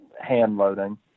hand-loading